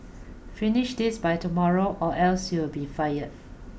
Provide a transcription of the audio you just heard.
finish this by tomorrow or else you'll be fired